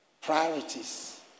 Priorities